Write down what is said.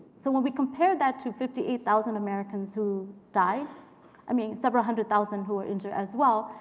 so when we compare that to fifty eight thousand americans who died i mean, several hundred thousand who were injured as well,